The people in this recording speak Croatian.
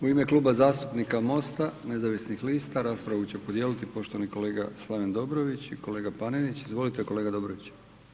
U ime Kluba zastupnika MOST-a nezavisnih lista raspravu će podijeliti poštovani kolega Slaven Dobrović i kolega Panenić, izvolite kolega Dobrović.